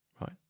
right